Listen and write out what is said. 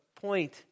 point